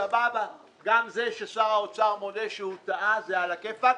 גם זה ששר האוצר מודה שהוא טעה, זה טוב.